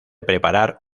preparar